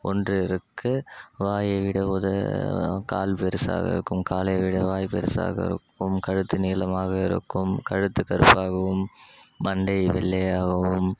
ஒன்றுனிருக்கு வாயை விட உத கால் பெருசாக இருக்கும் காலை விட வாய் பெருசாக இருக்கும் கழுத்து நீளமாக இருக்கும் கழுத்து கருப்பாகவும் மண்டை வெள்ளையாகவும்